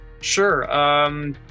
Sure